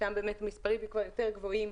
שם באמת המספרים כבר יותר גבוהים,